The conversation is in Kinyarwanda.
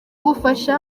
gufasha